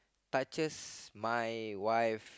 touches my wife